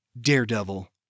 Daredevil